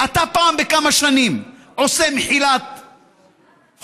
אתה פעם בכמה שנים עושה מחילת חובות,